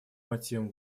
мотивам